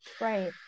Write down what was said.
Right